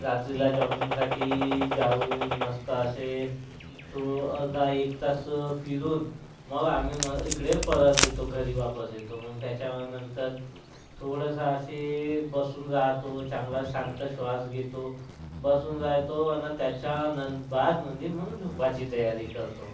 रात्रीला जॉगिंगसाठी जाऊन मस्त असे तो अर्धा एक तास फिरून मग आम्ही मग इकडे परत येतो घरी वापस येतो मग त्याच्यानंतर थोडासा असे बसून राहतो चांगला शांत श्वास घेतो बसून जातो अन त्याच्यानं बादमध्ये मग झोपायची तयारी करतो